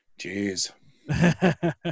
Jeez